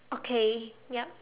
okay yup